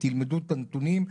תלמדו את הנתונים,